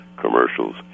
commercials